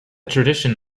tradition